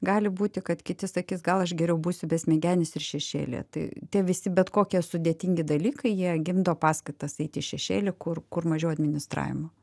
gali būti kad kiti sakys gal aš geriau būsiu besmegenis ir šešėlyje tai tie visi bet kokie sudėtingi dalykai jie gimdo paskatas eit į šešėlį kur kur mažiau administravimo